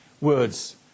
words